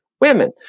women